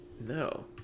no